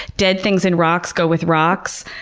dead things in rocks go with rocks,